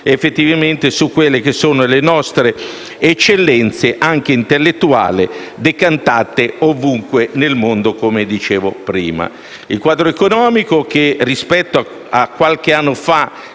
effettivamente sulle nostre eccellenze, anche intellettuali, decantate ovunque nel mondo, come dicevo prima. Il quadro economico, che rispetto a qualche anno fa